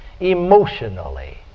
emotionally